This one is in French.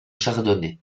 chardonnay